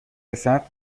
رسد